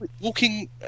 walking